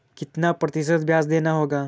कितना प्रतिशत ब्याज देना होगा?